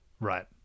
Right